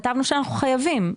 כתבנו שאנחנו חייבים,